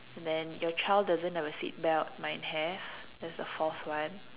and then your child doesn't have a seatbelt mine have that's the fourth one